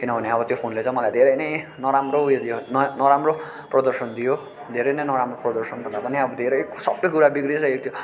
किनभने अब त्यो फोनले चाहिँ मलाई धेरै नै नराम्रो उयो दियो नराम्रो प्रदर्शन दियो धेरै नै नराम्रो प्रदर्शन भन्दा पनि अब धेरै सबै कुरा बिग्रिसकेको थियो